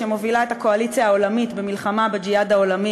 שמובילה את הקואליציה העולמית במלחמה בג'יהאד העולמי